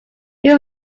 who